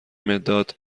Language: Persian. مداد